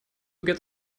get